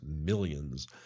millions